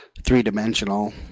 three-dimensional